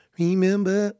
remember